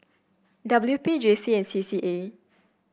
W P J C and C C A